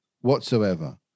whatsoever